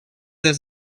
des